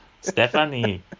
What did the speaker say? Stephanie